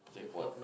jackpot